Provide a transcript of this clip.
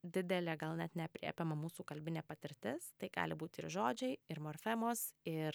didelė gal net neaprėpiama mūsų kalbinė patirtis tai gali būti ir žodžiai ir morfemos ir